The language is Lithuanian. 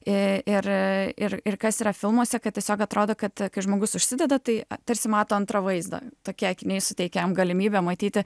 ir ir ir kas yra filmuose kad tiesiog atrodo kad kai žmogus užsideda tai tarsi mato antrą vaizdą tokie akiniai suteikia jam galimybę matyti